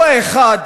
הביטחון.